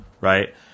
right